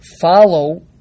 follow